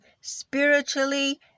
spiritually